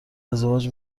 ازدواج